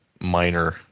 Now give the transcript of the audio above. minor